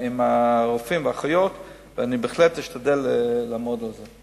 הרופאים והאחיות, ואני בהחלט אשתדל לעמוד על זה.